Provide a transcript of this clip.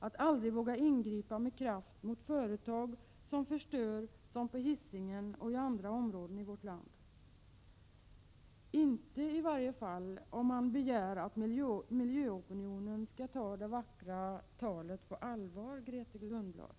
och aldrig våga ingripa med kraft mot företag som förstör som på Hisingen och i andra områden i vårt land —i varje fall inte om man begär att miljöopinionen skall ta det vackra talet på allvar, Grethe Lundblad.